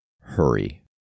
hurry